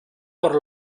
por